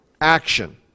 action